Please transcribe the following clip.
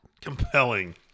Compelling